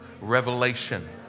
revelation